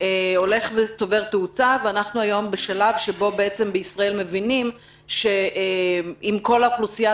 הולך וצובר תאוצה ואנחנו היום בשלב שבו מבינים בישראל שאם כל האוכלוסייה